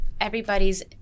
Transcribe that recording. everybody's